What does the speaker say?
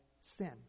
sin